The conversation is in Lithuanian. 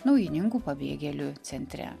naujininkų pabėgėlių centre